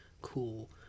cool